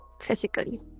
Physically